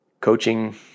coaching